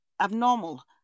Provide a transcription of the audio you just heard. abnormal